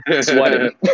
sweating